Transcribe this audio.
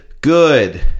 good